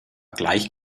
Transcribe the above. gleich